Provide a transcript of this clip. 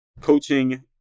coaching